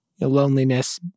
loneliness